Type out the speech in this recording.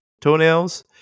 toenails